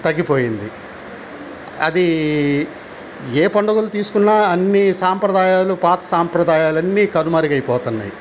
తగ్గిపోయింది అది ఏ పండుగలు తీసుకున్నా అన్ని సాంప్రదాయాలు పాత సాంప్రదాయాలన్నీ కనుమరుగైపోతన్నాయి